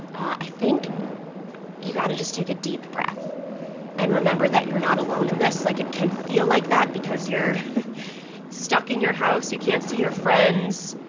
i think you got to just take a deep breath and remember that you're not alone in this. like, it can feel like that because you're stuck in your house, you can't see your friends,